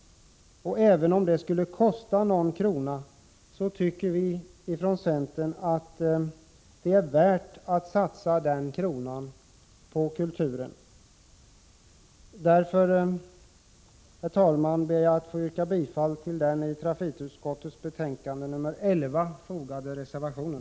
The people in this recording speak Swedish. Även om det skulle kosta någon krona, tycker vi inom centern att det är värt att göra en sådan satsning på kulturen. Därför, herr talman, ber jag att få yrka bifall till den vid trafikutskottets betänkande nr 11 fogade reservationen.